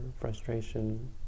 frustration